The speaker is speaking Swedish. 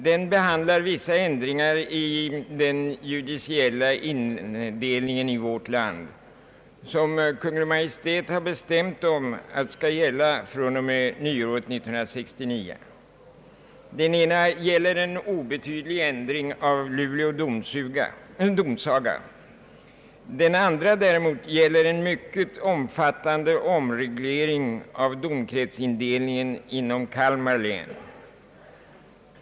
Den behandlar vissa ändringar av den judiciella indelningen i vårt land, som Kungl. Maj:t har bestämt skall gälla från 1 januari 1969. Den ena gäller en obetydlig regle ring av Luleå domsaga. Den andra däremot gäller en mycket omfattande förändring av domkretsindelningen inom Kalmar län.